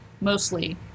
mostly